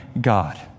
God